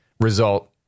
result